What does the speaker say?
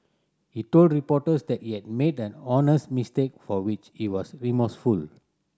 he told reporters that he had made an honest mistake for which he was remorseful